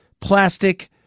plastic